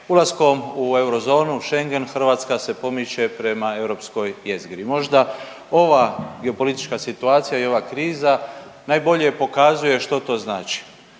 ulaskom u eurozonu, Schengen Hrvatska se pomiče prema europskoj jezgri. Možda ova geopolitička situacija i ova kriza najbolje pokazuje što to znači.